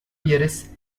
vieres